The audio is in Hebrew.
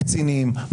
קצינים,